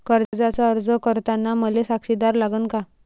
कर्जाचा अर्ज करताना मले साक्षीदार लागन का?